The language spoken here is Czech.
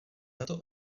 tato